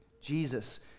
Jesus